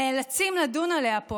נאלצים לדון עליה פה,